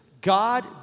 God